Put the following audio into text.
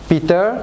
Peter